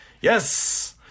Yes